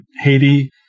Haiti